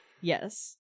Yes